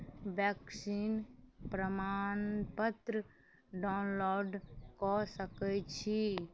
vaccine प्रमाणपत्र download कऽ सकै छी